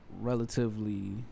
relatively